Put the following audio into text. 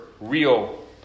real